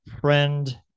friend